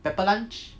pepper lunch